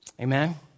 Amen